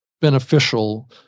beneficial